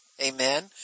Amen